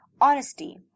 honesty